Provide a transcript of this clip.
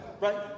Right